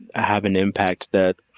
have an impact that